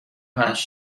پنج